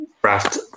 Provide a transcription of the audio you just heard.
craft